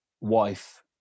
wife